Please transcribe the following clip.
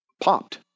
popped